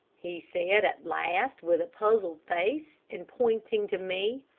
he said at last, with a puzzled face, and pointing to me.